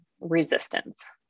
resistance